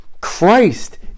Christ